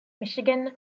Michigan